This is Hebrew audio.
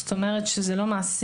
זאת אומרת, זה לא מעסיק.